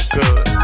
good